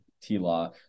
T-Law